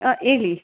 ಹಾಂ ಹೇಳಿ